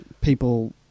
people